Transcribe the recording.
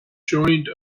joined